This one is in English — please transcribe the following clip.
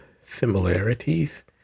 similarities